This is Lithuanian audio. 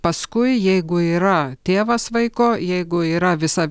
paskui jeigu yra tėvas vaiko jeigu yra visa